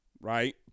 right